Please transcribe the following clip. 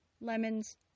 lemons